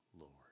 Lord